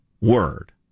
word